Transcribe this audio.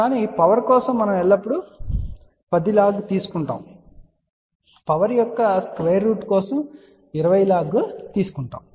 కానీ పవర్ కోసం మనం ఎల్లప్పుడూ 10 log తీసుకుంటాము పవర్ యొక్క స్క్వేర్ రూట్ కోసం 20 log తీసుకుంటాము